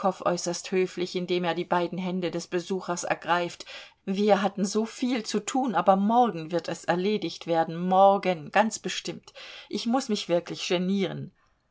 äußerst höflich indem er die beiden hände des besuchers ergreift wir hatten so viel zu tun aber morgen wird es erledigt werden morgen ganz bestimmt ich muß mich wirklich